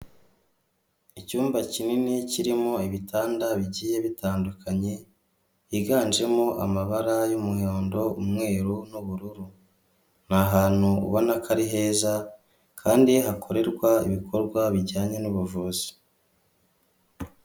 Icyumba kinini kirimo ibitanda bigiye bitandukanye, higanjemo amabara y'umuhondo, umweru, n'ubururu. Ni ahantu ubona ko ari heza, kandi hakorerwa ibikorwa bijyanye n'ubuvuzi.